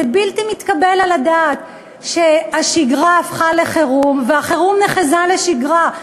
זה בלתי מתקבל על הדעת שהשגרה הפכה לחירום והחירום נחזה לשגרה.